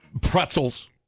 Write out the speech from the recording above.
pretzels